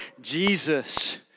Jesus